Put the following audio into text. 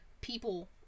People